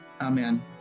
Amen